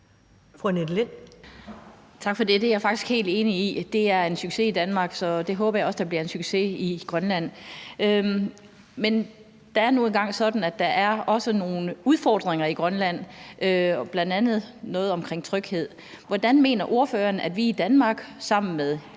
Tak for det. Det er jeg faktisk helt enig i. Det er en succes i Danmark, og det håber jeg også det bliver i Grønland. Men det er nu engang sådan, at der også er nogle udfordringer i Grønland, bl.a. i forhold til tryghed. Hvordan mener ordføreren at vi i Danmark og i